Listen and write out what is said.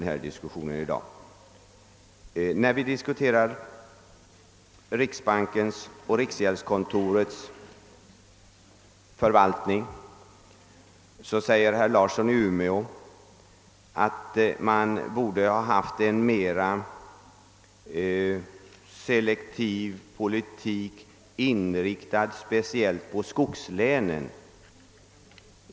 Herr Larsson i Umeå sade att man borde ha fört en mera selektiv politik, inriktad speciellt på skogslänen.